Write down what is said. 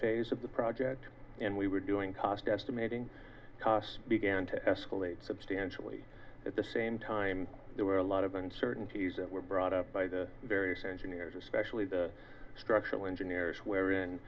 phase of the project and we were doing cost estimating cost began to escalate substantially at the same time there were a lot of uncertainties and were brought up by the various engineers especially the structural engineers where in